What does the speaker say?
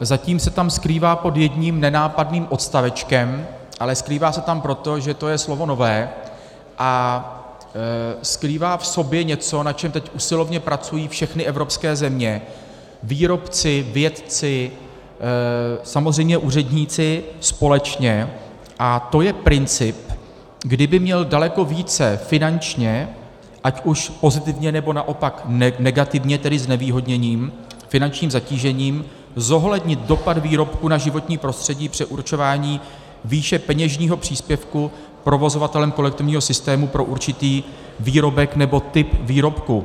Zatím se tam skrývá pod jedním nenápadným odstavečkem, ale skrývá se tam proto, že to je slovo nové, a skrývá v sobě něco, na čem teď usilovně pracují všechny evropské země výrobci, vědci, samozřejmě úředníci společně, a to je princip, kdy by měl daleko více finančně, ať jsou pozitivně, nebo naopak negativně, tedy znevýhodněním finančním zatížením, zohlednit dopad výrobků na životní prostředí při určování výše peněžního příspěvku provozovatelem kolektivního systému pro určitý výrobek nebo typ výrobku.